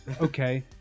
Okay